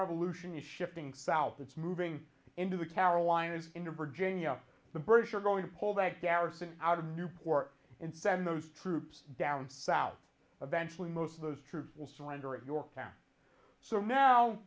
revolution is shifting south it's moving into the carolinas into virginia the british are going to pull that garrison out of newport and send those troops down south eventual most of those troops will surrender at yorktown so now